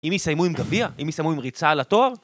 אם יסיימו עם גביע? אם יסיימו עם ריצה על התואר?